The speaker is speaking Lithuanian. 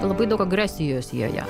labai daug agresijos joje